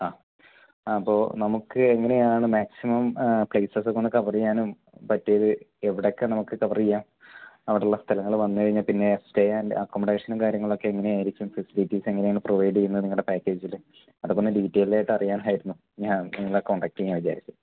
ആ അപ്പോൾ നമുക്ക് എങ്ങനെയാണ് മാക്സിമം പ്ലെയ്സസൊക്കെ ഒന്ന് കവറ് ചെയ്യാനും പറ്റിയൊരു എവിടെയൊക്കെ നമുക്ക് കവറ് ചെയ്യാം അവിടുള്ള സ്ഥലങ്ങൾ വന്ന് കഴിഞ്ഞാൽപ്പിന്നെ സ്റ്റേ യൻറ്റ് അക്കൊമഡേഷനും കാര്യങ്ങളൊക്കെ എങ്ങനെയായിരിക്കും ഫെസിലിറ്റീസ് എങ്ങനെയാണ് പ്രൊവൈഡ് ചെയ്യുന്നത് നിങ്ങളുടെ പാക്കേജിൽ അതൊക്കൊന്ന് ഡീറ്റൈൽഡ് ആയിട്ട് അറിയാനായിരുന്നു ഞാൻ നിങ്ങളെ കോൺടാക്റ്റ് ചെയ്യാമെന്ന് വിചാരിച്ചത്